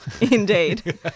Indeed